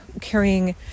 carrying